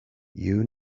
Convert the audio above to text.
you